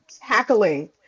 tackling